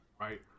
right